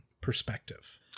perspective